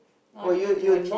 no I don't like to watch it